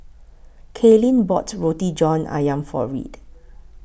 Kaylyn bought Roti John Ayam For Reid